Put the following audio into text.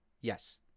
Yes